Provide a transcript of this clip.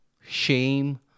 shame